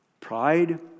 Pride